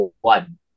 one